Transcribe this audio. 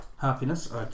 happiness